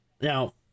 now